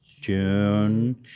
June